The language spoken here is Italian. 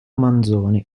manzoni